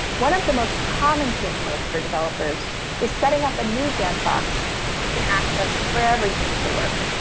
one of the most common pain points for developers is setting up a new devbox that you can access wherever you need to work.